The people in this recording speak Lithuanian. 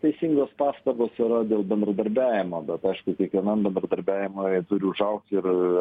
teisingos pastabos yra dėl bendradarbiavimo bet aišku kiekvienam bendradarbiavimui turi užaugti ir